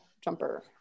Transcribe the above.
jumper